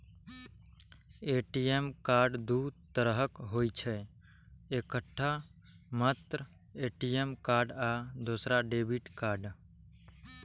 ATM card दू तरहक होइ छै, एकटा मात्र ए.टी.एम कार्ड आ दोसर डेबिट कार्ड